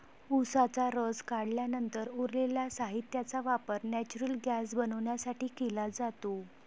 उसाचा रस काढल्यानंतर उरलेल्या साहित्याचा वापर नेचुरल गैस बनवण्यासाठी केला जातो